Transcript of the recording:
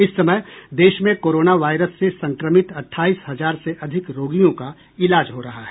इस समय देश में कोरोना वायरस से संक्रमित अठाईस हजार से अधिक रोगियों का इलाज हो रहा हैं